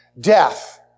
death